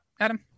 Adam